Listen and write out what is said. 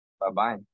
Bye-bye